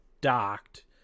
docked